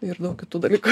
ir daug kitų dalykų